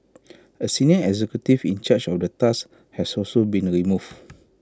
A senior executive in charge of the task has also been removed